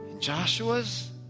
Joshua's